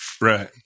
Right